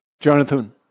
Jonathan